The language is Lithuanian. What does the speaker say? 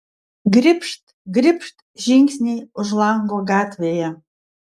gribšt gribšt žingsniai už lango gatvėje